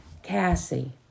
Cassie